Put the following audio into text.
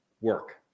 work